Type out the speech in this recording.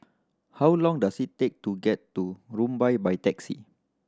how long does it take to get to Rumbia by taxi